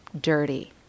dirty